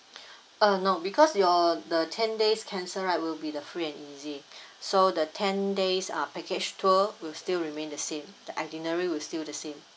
uh no because your the ten days cancel right will be the free and easy so the ten days ah package tour will still remain the same the itinerary will still the same